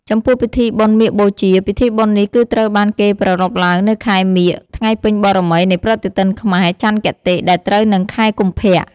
ចំពោះពិធីបុណ្យមាឃបូជា ពិធីបុណ្យនេះគឺត្រូវបានគេប្រារព្ធឡើងនៅខែមាឃ ថ្ងៃពេញបូរមីនៃប្រតិទិនខ្មែរច័ន្ទគតិដែរត្រូវនឹងខែកុម្ភៈ ។